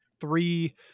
Three